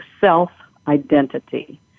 self-identity